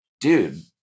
dude